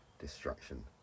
destruction